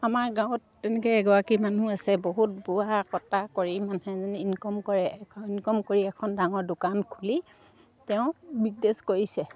আমাৰ গাঁৱত তেনেকৈ এগৰাকী মানুহ আছে বহুত বোৱা কটা কৰি মানুহজনীয়ে ইনকম কৰে ইনকম কৰি এখন ডাঙৰ দোকান খুলি তেওঁ বিজনেছ কৰিছে